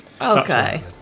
okay